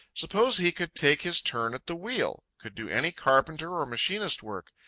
suppose he could take his turn at the wheel, could do any carpenter or machinist work.